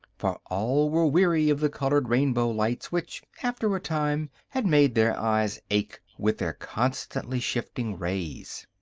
for all were weary of the colored rainbow lights which, after a time, had made their eyes ache with their constantly shifting rays.